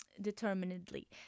determinedly